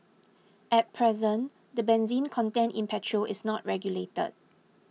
at present the benzene content in petrol is not regulated